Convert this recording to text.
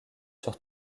sur